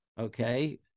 Okay